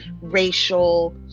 racial